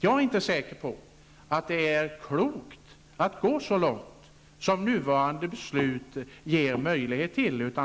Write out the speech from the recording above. Jag är inte säker på att det är klokt att gå så långt som nuvarande beslut ger möjlighet till.